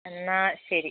എന്നാൽ ശരി